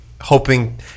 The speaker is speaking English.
hoping